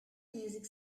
music